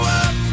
up